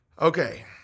okay